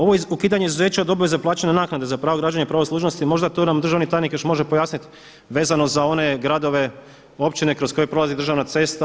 Ovo ukidanje izuzeća od obveza plaćanja naknade za pravo građenja i pravo služnosti možda to nam državni tajnik još može pojasniti vezano za one gradove, općine kroz koje prolazi državna cesta.